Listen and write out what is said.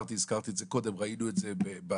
הזכרתי את זה קודם: ראינו את זה בסיפור